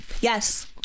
Yes